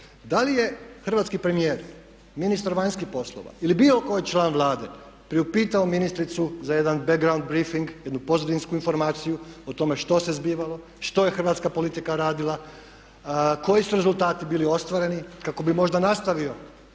Da li je hrvatski premijer, ministar vanjskih poslova ili bilo koji član Vlade priupitao ministricu za jedan background brifing, jednu pozadinsku informaciju o tome što se zbivalo, što je hrvatska politika radila, koji su rezultati bili ostvareni kako bi možda nastavio